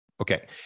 Okay